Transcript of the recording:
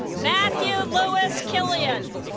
matthew louis killian